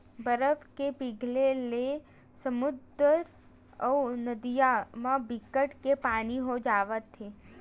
बरफ के पिघले ले समुद्दर अउ नदिया म बिकट के पानी हो जावत हे